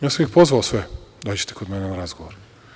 Ja sam ih pozvao sve - dođite kod mene na razgovor.